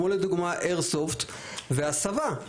כמו "איירסופט" ו-"הסבה",